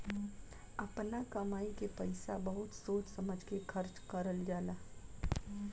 आपना कमाई के पईसा बहुत सोच समझ के खर्चा करल जाला